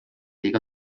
liiga